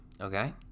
Okay